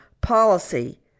policy